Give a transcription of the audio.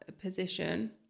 position